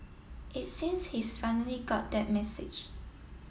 it seems he's finally got that message